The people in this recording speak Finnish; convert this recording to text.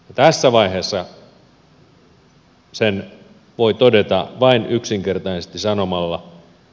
tässä vaiheessa sen voi todeta vain yksinkertaisesti sanomalla